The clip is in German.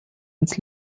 ins